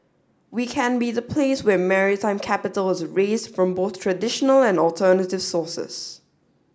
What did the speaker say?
we can be the place where maritime capital is raised from both traditional and alternative sources